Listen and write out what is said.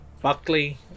Buckley